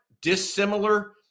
Dissimilar